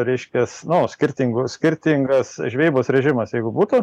reiškias nu skirtingu skirtingas žvejybos režimas jeigu būtų